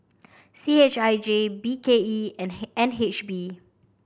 C H I J B K E and N H B